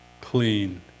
clean